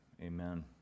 amen